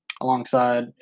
alongside